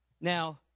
Now